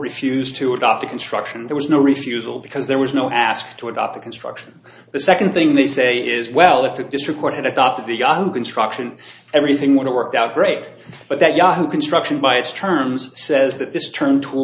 refused to adopt a construction there was no refusal because there was no ask to adopt the construction the second thing they say is well if the district court had adopted the yahoo construction everything worked out great but that yahoo construction by its terms says that this turn tool